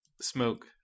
smoke